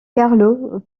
carlo